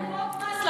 פרס,